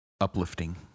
uplifting